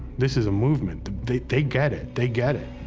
this is a movement. they, they get it, they get it.